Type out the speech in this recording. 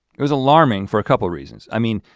it was alarming for a couple of reasons. i mean,